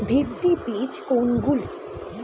ভিত্তি বীজ কোনগুলি?